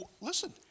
Listen